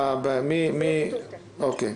--- אוקיי.